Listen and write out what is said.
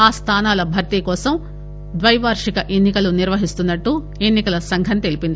ఆ స్దానాల భర్తీ కోసం ద్వైవార్షిక ఎన్ని కలు నిర్వహిస్తున్నట్లు ఎన్ని కల సంఘం తెలిపింది